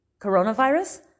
coronavirus